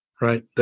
right